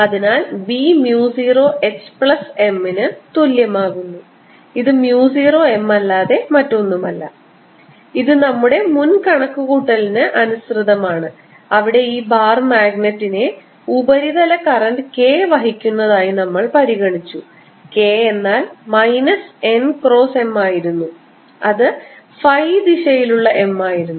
അതിനാൽ B mu 0 H plus M ന് തുല്യമാകുന്നു ഇത് mu 0 M അല്ലാതെ മറ്റൊന്നുമല്ല ഇത് നമ്മുടെ മുൻ കണക്കുകൂട്ടലിന് അനുസൃതമാണ് അവിടെ ഈ ബാർ മാഗ്നറ്റിനെ ഉപരിതല കറന്റ് k വഹിക്കുന്നതായി നമ്മൾ പരിഗണിച്ചു k എന്നാൽ മൈനസ് n ക്രോസ് M ആയിരുന്നു അത് ഫൈ ദിശയിൽ ഉള്ള M ആയിരുന്നു